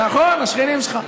נכון, השכנים שלך.